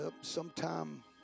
sometime